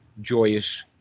joyous